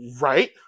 right